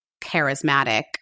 charismatic